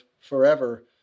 forever